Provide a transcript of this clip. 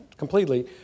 completely